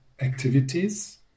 activities